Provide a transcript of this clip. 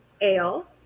ale